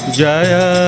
jaya